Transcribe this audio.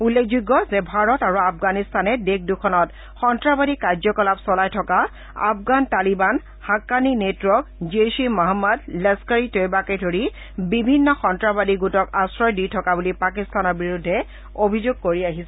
উল্লেখযোগ্য যে ভাৰত আৰু আফগানিস্তানে দেশ দুখনত সন্ত্ৰাসবাদী কাৰ্যকলাপ চলাই থকা আফগান তালিবান হাক্কানি নেটৱৰ্ক জইছ ই মহম্মদ লস্তৰ ই তৈবাকে ধৰি বিভিন্ন সন্তাসবাদী গোটক আশ্ৰয় দি থকা বুলি পাকিস্তানৰ বিৰুদ্ধে অভিযোগ কৰি আহিছে